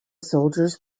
soldiers